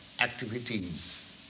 activities